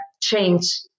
change